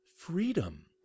Freedom